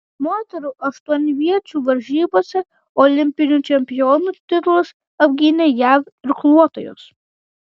moterų aštuonviečių varžybose olimpinių čempionių titulus apgynė jav irkluotojos